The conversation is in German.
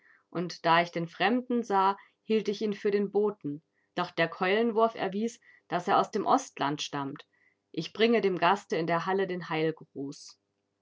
und da ich den fremden sah hielt ich ihn für den boten doch der keulenwurf erwies daß er aus dem ostland stammt ich bringe dem gaste in der halle den